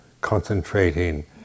concentrating